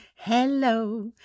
Hello